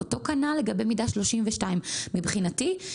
אותו כנ"ל לגבי מידה 32. מבחינתי,